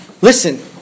Listen